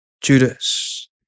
Judas